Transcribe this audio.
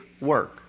work